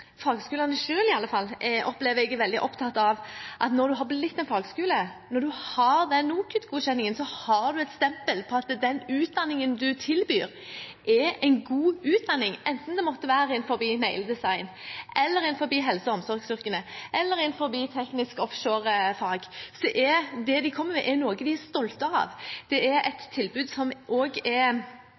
når en har blitt en fagskole, når en har den NOKUT-godkjenningen, så har en et stempel på at den utdanningen man tilbyr, er en god utdanning. Enten det måtte være innen negledesign, innen helse- og omsorgsyrkene eller innen teknisk offshore-fag, så er det de kommer med, noe de er stolte av, det er et tilbud som også er